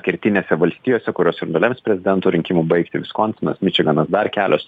kertinėse valstijose kurios ir nulems prezidento rinkimų baigtį viskonsinas mičiganas dar kelios